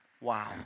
Wow